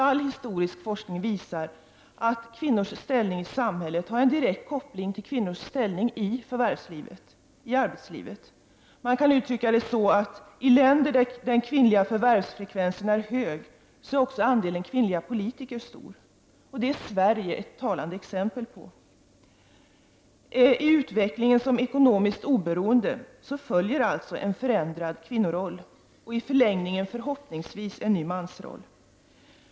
All historisk forskning visar att kvinnors ställning i samhället har en direkt koppling till kvinnors ställning i förvärvslivet. Man kan uttrycka det så att i länder där den kvinnliga förvärvsfrekvensen är hög är också andelen kvinnliga politiker stor. Det är Sverige ett talande exempel på. I utvecklingen som ekonomiskt oberoende följer alltså en förändrad kvinnoroll och i förlängningen förhoppningsvis också en ny mansroll.